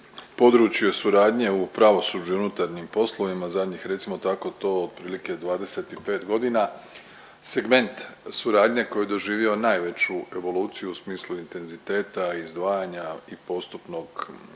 područje suradnje u pravosuđu i unutarnjim poslovima zadnjih recimo tako to otprilike 25 godina, segment suradnje koji je doživio najveću evoluciju u smislu intenziteta izdvajanja i postupnog možemo